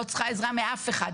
לא צריכה עזרה מאף אחד,